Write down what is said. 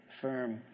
firm